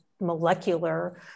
molecular